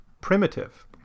primitive